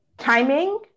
timing